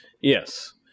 Yes